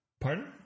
Pardon